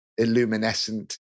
illuminescent